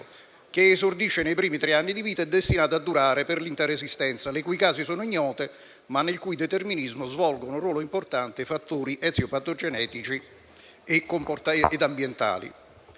che esordisce nei primi tre anni di vita ed è destinata a durare per l'intera esistenza; le sue cause sono ignote, ma nel suo determinismo svolgono un ruolo importante fattori eziopatogenetici ed ambientali.